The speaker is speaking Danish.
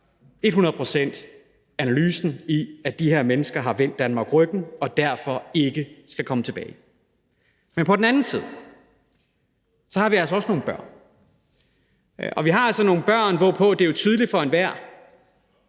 procent analysen af, at de her mennesker har vendt Danmark ryggen og derfor ikke skal komme tilbage. Men på den anden side er der altså også nogle børn, og alle os, der har børn selv, alle, der